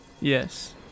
Yes